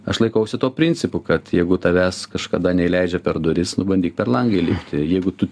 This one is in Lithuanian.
aš laikausi to principų kad jeigu tavęs kažkada neįleidžia per duris nu bandyk per langą įlipti jeigu tu